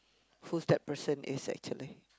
who that person is actually